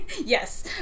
yes